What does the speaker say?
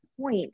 point